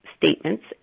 statements